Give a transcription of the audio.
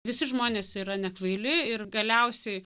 visi žmonės yra nekvaili ir galiausiai